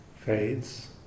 fades